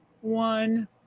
one